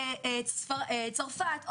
צרפת,